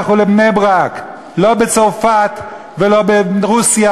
לכו לבני-ברק"; לא בצרפת ולא ברוסיה,